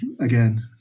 Again